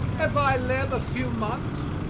if i live a few months,